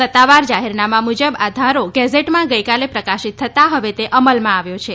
સત્તાવાર જાહેરનામા મુજબ આ ધારો ગેઝેટમાં ગઈકાલે પ્રકાશિત થતા હવે તે અમલમાં આવ્યો છે